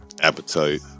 appetite